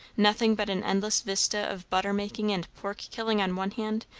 nothing but an endless vista of butter-making and pork-killing on one hand,